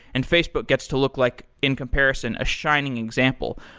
and facebook gets to look like, in comparison, a shining example.